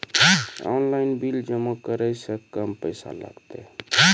Online bill जमा करै से कम पैसा लागतै?